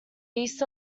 east